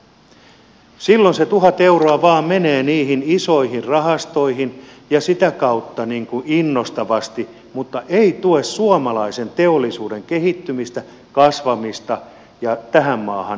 silloin se tuhat euroa vain menee niihin isoihin rahastoihin sitä kautta innostavasti mutta ei tue suomalaisen teollisuuden kehittymistä kasvamista ja tähän maahan sijoittamista